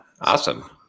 Awesome